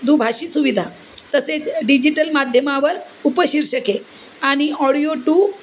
दुभाषी सुविधा तसेच डिजिटल माध्यमावर उपशीर्षके आणि ऑडिओ टू